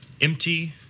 empty